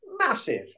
massive